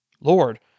Lord